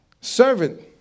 Servant